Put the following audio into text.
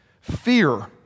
fear